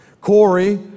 Corey